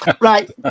Right